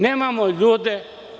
Nemamo ljude.